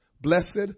Blessed